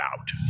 out